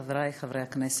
חברי חברי הכנסת,